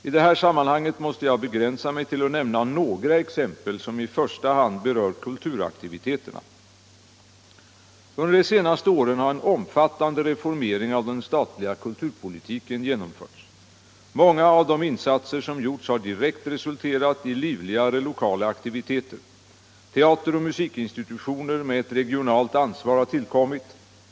I det här sammanhanget måste jag begränsa mig till att nämna några exempel som i första hand Nr 116 berör kulturaktiviteterna. Tisdagen den Under de senaste åren har en omfattande reformering av den statliga 4 maj 1976 kulturpolitiken genomförts. Många av de insatser som gjorts har direkt = resulterat i livligare lokala aktiviteter. Teateroch musikinstitutioner med Om åtgärder för en ett regionalt ansvar har tillkommit.